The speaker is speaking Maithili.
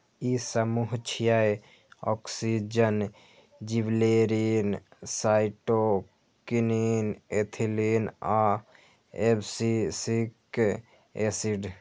ई समूह छियै, ऑक्सिन, जिबरेलिन, साइटोकिनिन, एथिलीन आ एब्सिसिक एसिड